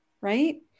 right